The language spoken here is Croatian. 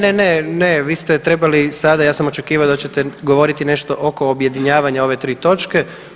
Ne, ne, ne vi ste trebali sada, ja sam očekivao da ćete govoriti nešto oko objedinjavanja ove tri točke.